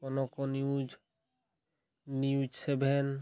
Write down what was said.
Kanak news news seven